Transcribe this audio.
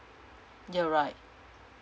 you're right